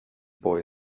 boy